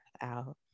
out